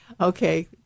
Okay